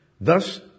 Thus